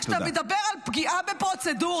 -- כשאתה מדבר על פגיעה בפרוצדורה.